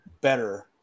better